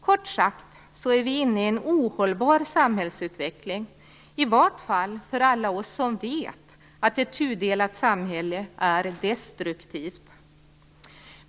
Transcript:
Kort sagt är vi inne i en ohållbar samhällsutveckling, i vart fall för alla oss som vet att ett tudelat samhälle är destruktivt.